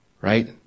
Right